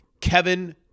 Kevin